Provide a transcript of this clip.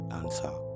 answer